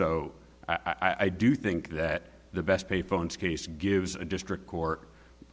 o i do think that the best payphones case gives a district court